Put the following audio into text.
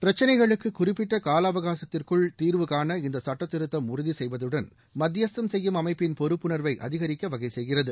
பிரச்சினைகளுக்கு குறிப்பிட்ட காலஅவகாசத்திற்குள் தீர்வு கான இந்த சட்டத்திருத்தம் உறுதி செய்வதுடன் மத்தியஸ்தம் செய்யும் அமைப்பின் பொறுப்புணர்வை அதிகரிக்க வகை செய்கிறது